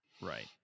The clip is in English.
Right